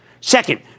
Second